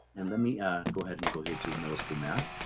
and let me ah go ahead and go here to middle school math,